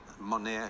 money